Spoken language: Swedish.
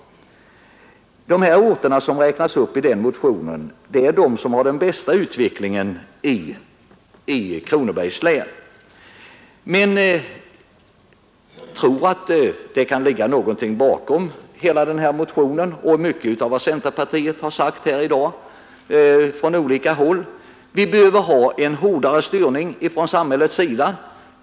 De orter som räknas upp i motionen är de som har den bästa utvecklingen i Kronobergs län. Men jag tror att det kan ligga något bakom hela denna motion och mycket av vad som sagts här i dag från olika håll inom centerpartiet. Vi behöver ha en hårdare styrning från samhällets sida.